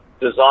design